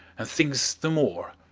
and thinks the more.